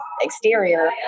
exterior